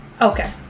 Okay